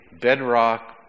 bedrock